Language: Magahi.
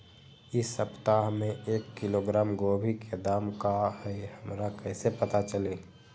इ सप्ताह में एक किलोग्राम गोभी के दाम का हई हमरा कईसे पता चली?